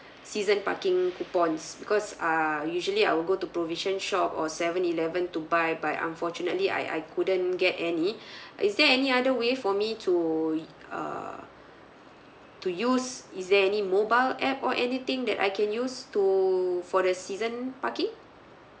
season parking coupons because err usually I will go to provision shop or seven eleven to buy but unfortunately I I couldn't get any is there any other way for me to err to use is there any mobile app or anything that I can use to for the season parking